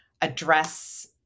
address